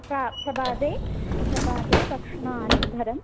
प्र प्रभाते प्रभाते भक्षण अनन्तरं